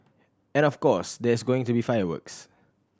and of course there's going to be fireworks